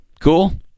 Cool